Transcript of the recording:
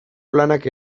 planak